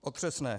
Otřesné.